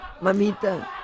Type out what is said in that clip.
Mamita